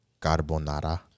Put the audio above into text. carbonara